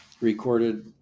recorded